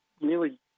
nearly